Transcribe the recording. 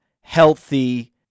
healthy